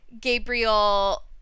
Gabriel